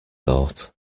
thought